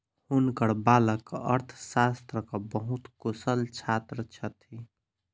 हुनकर बालक अर्थशास्त्रक बहुत कुशल छात्र छथि